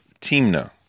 Timna